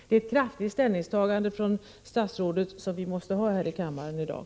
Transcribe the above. Det är ett kraftigt ställningstagande från statsrådet vi måste få här i kammaren i dag.